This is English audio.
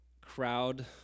crowd